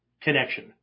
connection